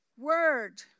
word